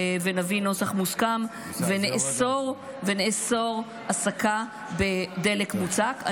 נביא נוסח מוסכם ונאסור הסקה בדלק מוצק.